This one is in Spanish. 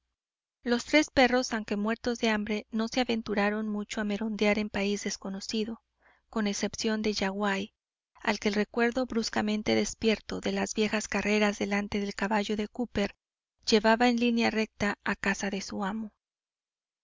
los tres perros aunque muertos de hambre no se aventuraron mucho a merodear en país desconocido con excepción de yaguaí al que el recuerdo bruscamente despierto de las viejas carreras delante del caballo de cooper llevaba en línea recta a casa de su amo